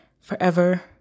forever